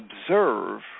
observe